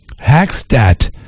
hackstat